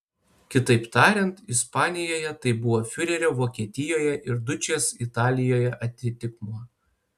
kitaip tariant ispanijoje tai buvo fiurerio vokietijoje ir dučės italijoje atitikmuo